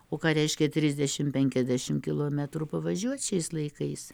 o ką reiškia trisdešimt penkiasdešimt kilometrų pavažiuot šiais laikais